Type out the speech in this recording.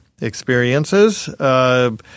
experiences